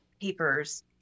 papers